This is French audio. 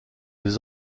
les